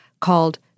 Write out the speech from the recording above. called